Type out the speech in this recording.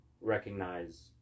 recognize